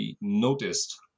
noticed